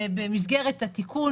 ובמסגרת התיקון,